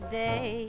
day